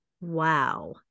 Wow